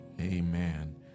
amen